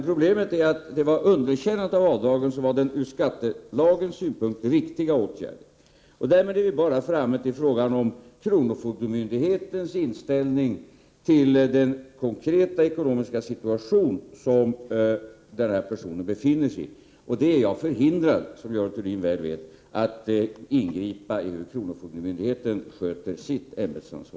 Problemet är att det var underkännandet av avdraget som var den från skattelagens synpunkt riktiga åtgärden. Därmed är vi framme vid frågan om kronofogdemyndighetens inställning till den konkreta ekonomiska situation som personen i fråga befinner sig i. Som Görel Thurdin väl vet är jag förhindrad att ingripa i kronofogdemyndighetens skötsel av sitt ämbete.